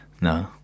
No